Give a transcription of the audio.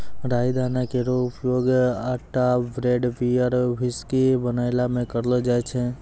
राई दाना केरो उपयोग आटा ब्रेड, बियर, व्हिस्की बनैला म करलो जाय छै